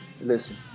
Listen